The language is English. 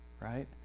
right